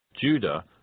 Judah